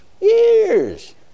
years